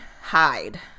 hide